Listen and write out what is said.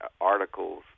articles